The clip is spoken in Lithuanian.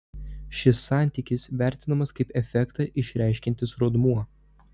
šis santykis vertinamas kaip efektą išreiškiantis rodmuo